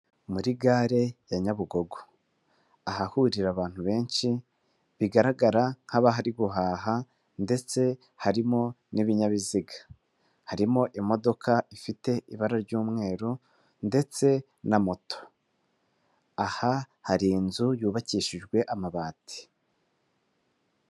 Muri gare ya Nyabugogo, ahahurira abantu benshi, bigaragara nk'abahari guhaha ndetse harimo n'ibinyabiziga, harimo imodoka ifite ibara ry'umweru ndetse na moto, aha hari inzu yubakishijwe amabati.